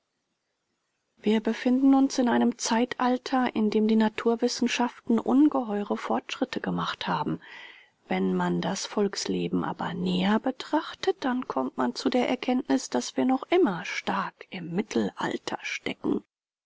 wir befinden uns in einem zeitalter in dem die naturwissenschaften ungeheure fortschritte gemacht haben wenn man das volksleben aber näher betrachtet dann kommt man zu der erkenntnis daß wir noch immer stark im mittelalter stecken